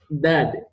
Dad